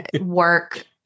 work